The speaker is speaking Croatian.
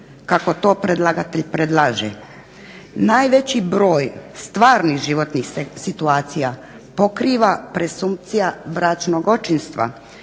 kao to predlagatelj predlaže.